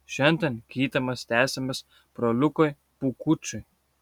šiandien gydymas tęsiamas broliukui pūkučiui